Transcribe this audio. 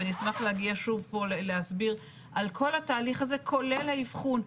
ואני אשמח להגיע שוב לפה להסביר על כל התהליך הזה כולל האבחון.